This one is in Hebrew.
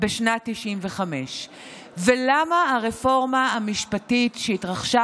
בשנת 1995. ולמה הרפורמה המשפטית שהתרחשה